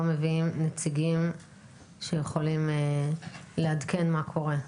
מביאים נציגים שיכולים לעדכן מה קורה.